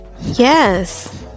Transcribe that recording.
Yes